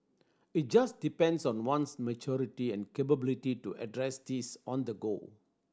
it just depends on one's maturity and capability to address these on the go